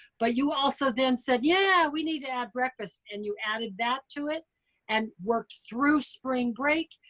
but you also then said, yeah, we need to add breakfast. and you added that to it and worked through spring break.